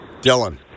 Dylan